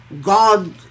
God